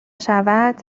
شود